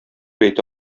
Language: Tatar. әйтә